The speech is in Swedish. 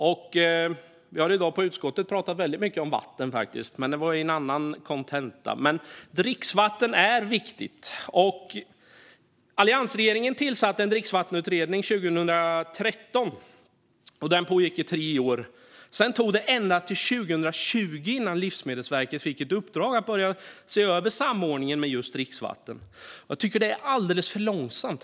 I utskottet har vi i dag faktiskt pratat väldigt mycket om vatten, men det var i en annan kontext. Dricksvatten är dock viktigt. Alliansregeringen tillsatte en dricksvattenutredning 2013, och den pågick i tre år. Sedan dröjde det ända till 2020 innan Livsmedelsverket fick ett uppdrag att börja se över samordningen av just dricksvatten. Jag tycker att det har gått alldeles för långsamt.